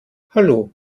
hallo